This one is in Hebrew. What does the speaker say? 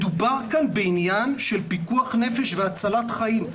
מדובר כאן על עניין של פיקוח נפש והצלת חיים,